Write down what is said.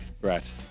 Right